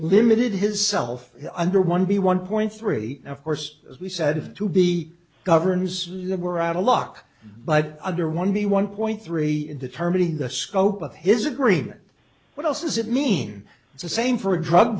limited his self under one b one point three of course as we said to be governs we're out of luck but under one of the one point three in determining the scope of his agreement what else does it mean it's the same for a drug